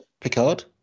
Picard